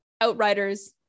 Outriders